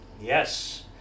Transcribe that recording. Yes